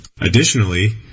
Additionally